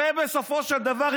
הרי בסופו של דבר,